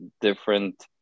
different